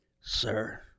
sir